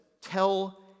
tell